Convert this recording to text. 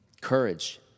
Courage